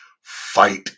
fight